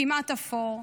כמעט אפור.